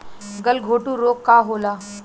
गलघोंटु रोग का होला?